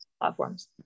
platforms